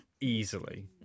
Easily